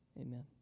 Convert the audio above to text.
Amen